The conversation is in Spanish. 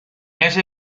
ese